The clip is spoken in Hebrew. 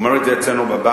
הוא אומר את זה אצלנו בבית,